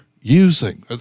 using